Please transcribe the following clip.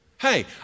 Hey